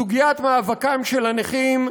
סוגיית מאבקם של הנכים,